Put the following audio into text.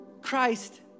Christ